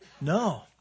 No